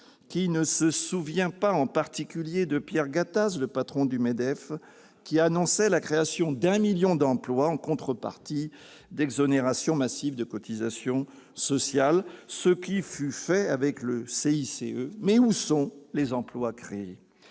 Qui ne se souvient pas, en particulier, de Pierre Gattaz, le patron du MEDEF, qui annonçait la création de 1 million d'emplois en contrepartie d'exonérations massives de cotisations sociales ? Les exonérations, elles ont été obtenues avec le CICE, mais où sont les emplois créés ?